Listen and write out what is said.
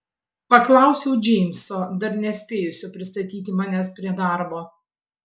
paklausiau džeimso dar nespėjusio pristatyti manęs prie darbo